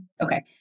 Okay